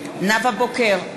נאוה בוקר,